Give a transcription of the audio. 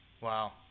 Wow